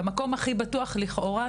במקום הכי בטוח לכאורה,